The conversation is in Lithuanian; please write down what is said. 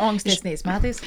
o ankstesniais metais